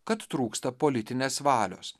kad trūksta politinės valios